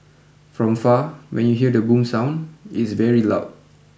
from far when you hear the boom sound it's very loud